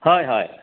হয় হয়